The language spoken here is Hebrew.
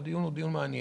והדיון הוא דיון מעניין.